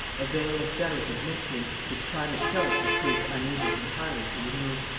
a veil of doubt and mystery which time itself has proved unable entirely to remove.